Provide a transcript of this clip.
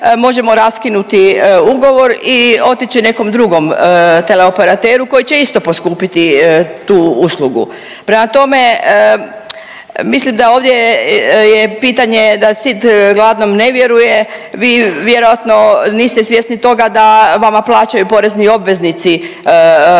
možemo raskinuti ugovor i otići nekom drugom teleoperateru koji će isto poskupiti tu uslugu. Prema tome, mislim da ovdje je pitanje da sit gladnom ne vjeruje. Vi vjerojatno niste svjesni toga da vama plaćaju porezni obveznici